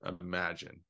imagine